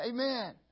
Amen